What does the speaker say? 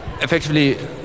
effectively